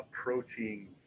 approaching